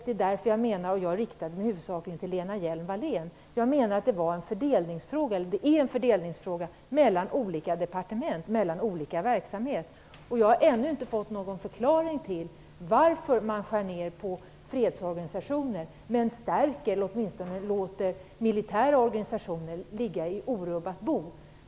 Det är därför jag menar, och jag riktar mig huvudsakligen till Lena Hjelm-Wallén, att det är en fördelningsfråga mellan olika departement, mellan olika verksamheter. Jag har ännu inte fått någon förklaring till varför man skär ned på fredsorganisationer men stärker militära organisationer eller åtminstone låter dem ligga i orubbat bo.